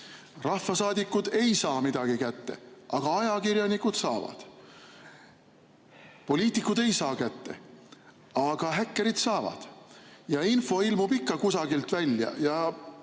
rahvasaadikud ei saa midagi kätte, aga ajakirjanikud saavad. Poliitikud ei saa kätte, aga häkkerid saavad ja info ilmub ikka kusagilt välja ning